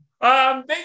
Thank